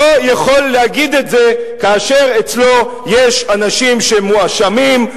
לא יכול להגיד את זה כאשר אצלו יש אנשים שמואשמים,